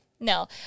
No